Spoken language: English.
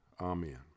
Amen